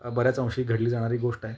बऱ्याच अंशी घडली जाणारी गोष्ट आहे